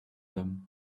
them